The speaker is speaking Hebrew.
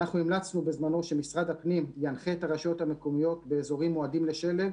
המלצנו בזמנו שמשרד הפנים ינחה את הרשויות המקומיות באזורים מועדים לשלג